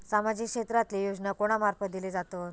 सामाजिक क्षेत्रांतले योजना कोणा मार्फत दिले जातत?